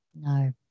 no